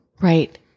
Right